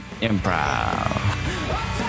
Improv